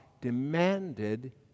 demanded